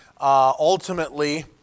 ultimately